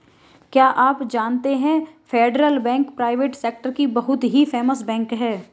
क्या आप जानते है फेडरल बैंक प्राइवेट सेक्टर की बहुत ही फेमस बैंक है?